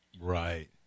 Right